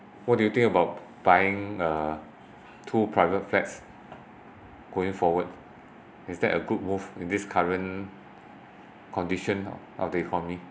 what do you think about buying uh two private flats going forward is that a good move in this current condition of the economy